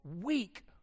weak